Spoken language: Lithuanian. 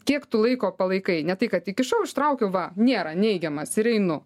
kiek tu laiko palaikai ne tai kad įkišau ištraukiau va nėra neigiamas ir einu